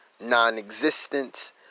non-existent